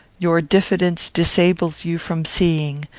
your diffidence disables you from seeing,